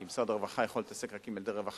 כי משרד הרווחה יכול להתעסק רק עם ילדי רווחה,